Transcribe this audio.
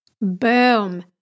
Boom